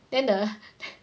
then the